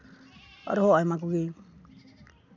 ᱟᱨᱦᱚᱸ ᱟᱭᱢᱟ ᱠᱚᱜᱮ